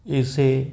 ਇਸੇ